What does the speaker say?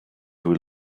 will